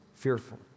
fearful